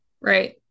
Right